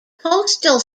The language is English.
postal